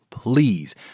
Please